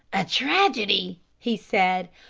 a tragedy, he said,